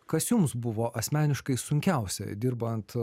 kas jums buvo asmeniškai sunkiausia dirbant